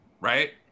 right